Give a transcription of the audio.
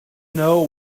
know